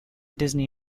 disney